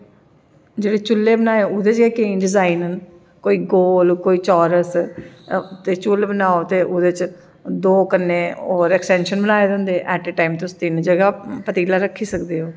जेह्डे़ चु'ल्ले बनाए ओह्दे च केईं डिजाइन न कोई गोल कोई चोरस ते चु'ल्ल बनाओ ते ओह्दे च दो कन्नै होर एक्सटेंशन बनाए दे होंदे एट ए टाइम तुस तिन्न जगह् पतीला रखी सकदे ओ